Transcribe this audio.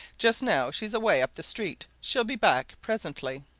just now she's away up the street she'll be back presently.